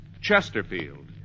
Chesterfield